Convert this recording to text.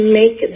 make